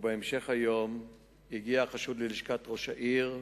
בהמשך היום הגיע החשוד ללשכת ראש העיר,